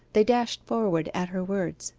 they dashed forward at her words.